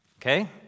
Okay